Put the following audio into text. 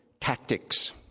tactics